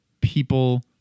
people